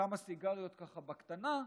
כמה סיגריות, ככה בקטנה,